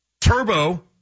turbo